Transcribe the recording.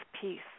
peace